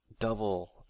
double